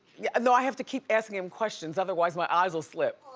no, i have to keep asking him questions otherwise my eyes'll slip.